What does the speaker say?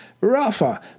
Rafa